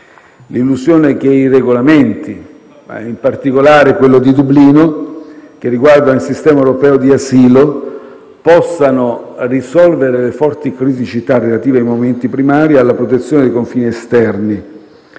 l'illusione che i Regolamenti, e in particolare quello di Dublino, che riguarda il sistema europeo di asilo, possano risolvere le forti criticità relative ai movimenti primari e alla protezione dei confini esterni.